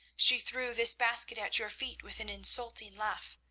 she threw this basket at your feet with an insulting laugh.